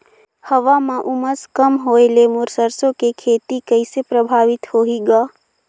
हवा म उमस कम होए ले मोर सरसो के खेती कइसे प्रभावित होही ग?